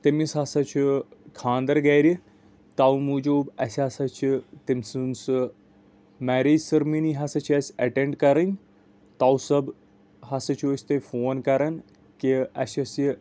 تٔمِس ہاسا چھُ خانٛدر گرِ تَمہِ موٗجوٗب اَسہِ ہاسا چھِ تٔمۍ سُنٛد سُہ میریج سٔرمٔنی ہاسا چھِ اَسہِ ایٚٹینٛڈ کَرٕنۍ تمہِ سبہٕ ہاسا چھِو أسۍ تۄہہہ فون کَران کہِ اَسہِ یۄس یہِ